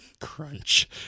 Crunch